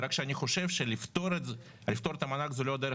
רק שאני חושב שלפטור את המענק זו לא הדרך